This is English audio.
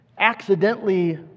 accidentally